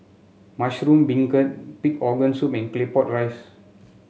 Mushroom Beancurd Pig Organ Soup and Claypot Rice